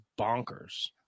bonkers